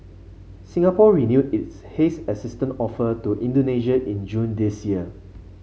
Singapore renewed its haze assistance offer to Indonesia in June this year